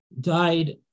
died